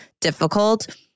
difficult